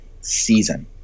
season